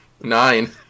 Nine